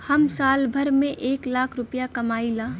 हम साल भर में एक लाख रूपया कमाई ला